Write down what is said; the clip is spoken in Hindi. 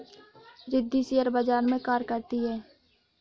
रिद्धी शेयर बाजार में कार्य करती है